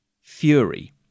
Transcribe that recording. Fury